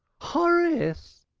horace!